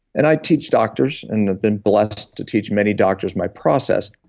and i teach doctors and i've been blessed to teach many doctors my process,